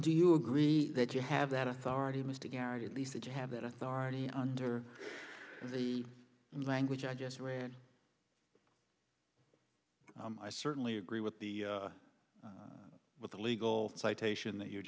do you agree that you have that authority mr gary at least that you have that authority under the language i just read i certainly agree with the with the legal citation that you